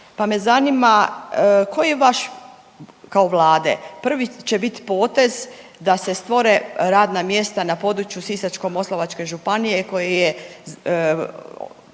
pa me zanima koji je vaš, kao Vlade prvi će biti potez da se stvore radna mjesta na području Sisačko-moslavačke županije koji je